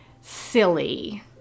silly